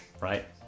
right